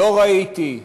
לא ראיתי,